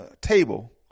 table